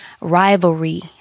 rivalry